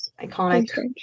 Iconic